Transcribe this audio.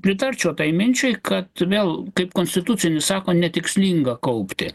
pritarčiau tai minčiai kad vėl kaip konstitucinis sako netikslinga kaupti